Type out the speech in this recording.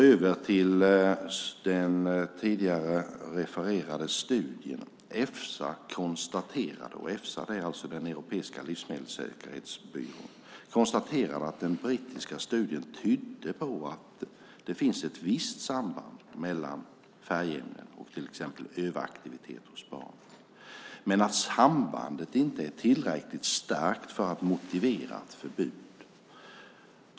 Över till den tidigare refererade studien! Efsa, den europeiska livsmedelssäkerhetsbyrån, konstaterade att den brittiska studien tydde på att det finns ett visst samband mellan färgämnen och till exempel överaktivitet hos barn, men att sambandet inte är tillräckligt starkt för att motivera ett förbud.